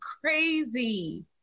crazy